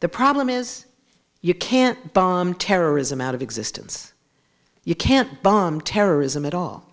the problem is you can't bomb terrorism out of existence you can't bomb terrorism at all